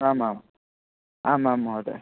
आम् आम् आम् आम् महोदय